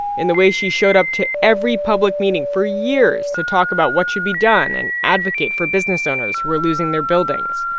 in the way she showed up to every public meeting for years to talk about what should be done and advocate for business owners who are losing their buildings.